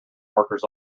workers